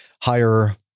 higher